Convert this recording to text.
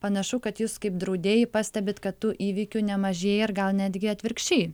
panašu kad jūs kaip draudėjai pastebit kad tų įvykių nemažėja ir gal netgi atvirkščiai